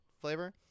flavor